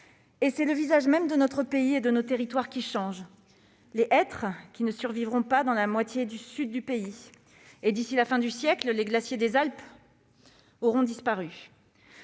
réalité. Le visage même de notre pays et de nos territoires change : les hêtres ne survivront pas dans la moitié sud du pays et, d'ici la fin du siècle, les glaciers des Alpes auront disparu.